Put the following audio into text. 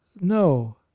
no